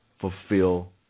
Fulfill